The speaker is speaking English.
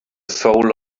soul